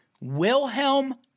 Wilhelm